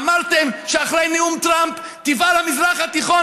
אמרתם שאחרי נאום טראמפ יבער המזרח התיכון,